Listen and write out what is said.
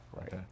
right